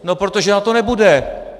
No protože na to nebude.